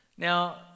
Now